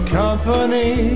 company